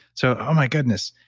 so, oh my goodness,